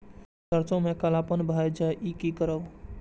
सरसों में कालापन भाय जाय इ कि करब?